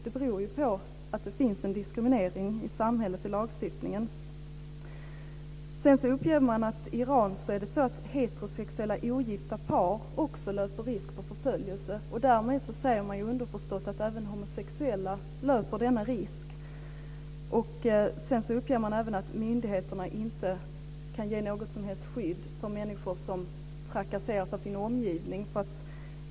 Det beror på att det finns en diskriminering i samhället och i lagstiftningen. Man uppger att det i Iran är så att heterosexuella gifta par också löper risk för förföljelse. Därmed säger man underförstått att även homosexuella löper denna risk. Man uppger även att myndigheterna inte kan ge något som helst skydd för människor som trakasseras av sin omgivning.